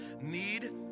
need